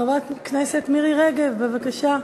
חברת הכנסת מירי רגב, בבקשה.